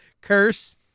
Curse